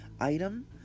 item